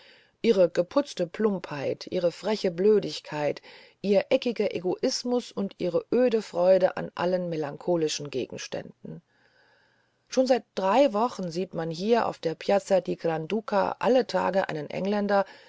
ihre geputzte plumpheit ihre freche blödigkeit ihr eckiger egoismus und ihre öde freude an allen melancholischen gegenständen schon seit drei wochen sieht man hier auf der piazza di gran duca alle tage einen engländer